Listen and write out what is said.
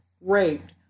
raped